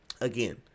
again